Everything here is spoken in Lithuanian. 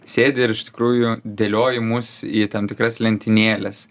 sėdi ir iš tikrųjų dėlioji mus į tam tikras lentynėles